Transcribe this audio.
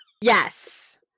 Yes